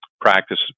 practice